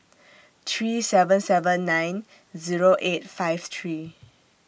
three seven seven nine Zero eight five three